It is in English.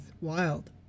wild